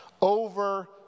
over